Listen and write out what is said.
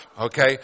Okay